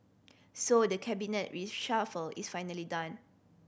so the Cabinet reshuffle is finally done